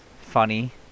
funny